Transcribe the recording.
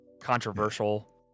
controversial